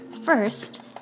First